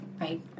right